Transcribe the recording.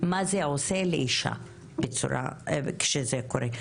מה זה עושה לאישה כשזה קורה.